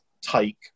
take